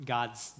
God's